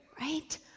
right